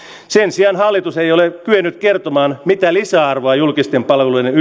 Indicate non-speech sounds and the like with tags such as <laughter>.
sen sijaan hallitus ei ole kyennyt kertomaan mitä lisäarvoa julkisten palveluiden <unintelligible>